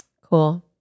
Cool